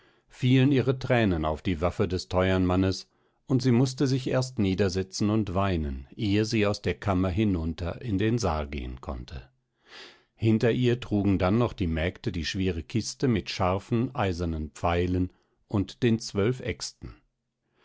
fielen ihre thränen auf die waffe des teuern mannes und sie mußte sich erst niedersetzen und weinen ehe sie aus der kammer hinunter in den saal gehen konnte hinter ihr trugen dann noch die mägde die schwere kiste mit scharfen eisernen pfeilen und den zwölf